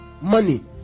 money